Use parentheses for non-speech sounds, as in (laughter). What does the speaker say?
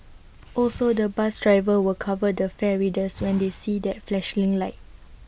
(noise) also the bus drivers will cover the fare readers (noise) when they see that flashing light